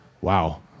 wow